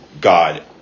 God